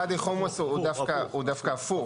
ואדי חומוס הוא דווקא הפוך,